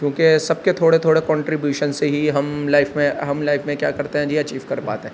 کیونکہ سب کے تھوڑے تھوڑے کنٹریبیوشن سے ہی ہم لائف میں ہم لائف میں کیا کرتے ہیں جی اچیو کر پاتے ہیں